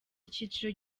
icyiciro